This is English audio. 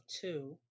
two